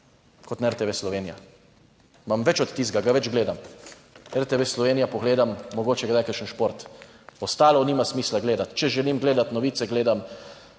kot na RTV Slovenija. Imam več od tistega, ga več gledam, RTV Slovenija pogledam mogoče kdaj kakšen šport, ostalo nima smisla gledati, če želim gledati novice, gledam